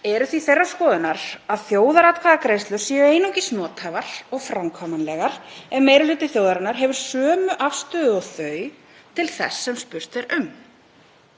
eru því þeirrar skoðunar að þjóðaratkvæðagreiðslur séu einungis nothæfar og framkvæmanlegar ef meiri hluti þjóðarinnar hefur sömu afstöðu og þau til þess sem spurt er um.